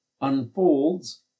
unfolds